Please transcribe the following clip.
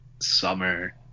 summer